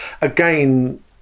again